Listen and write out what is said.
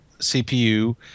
CPU